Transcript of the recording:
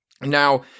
Now